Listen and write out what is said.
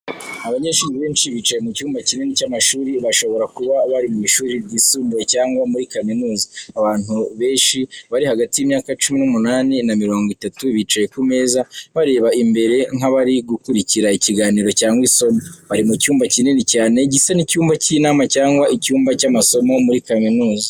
Abanyeshuri benshi bicaye mu cyumba kinini cy’amashuri, bashobora kuba bari mu ishuri ryisumbuye cyangwa muri kaminuza. Abantu benshi bari hagati y’imyaka cumi n'umunane na mirongo itatu bicaye ku meza, bareba imbere nk’abari gukurikira ikiganiro cyangwa isomo. Bari mu cyumba kinini cyane, gisa n’icyumba cy’inama cyangwa icyumba cy'amasomo muri kaminuza.